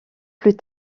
plus